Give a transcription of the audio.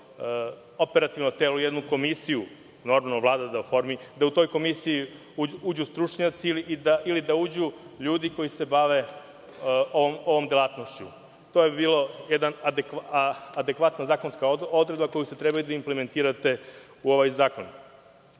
operativno telo, jednu komisiju, normalno Vlada da oformi i da u tu komisiju uđu stručnjaci ili da uđu ljudi koji se bave ovom delatnošću. To bi bila jedna adekvatna zakonska odredba koju ste trebali da implementirate u ovaj zakon.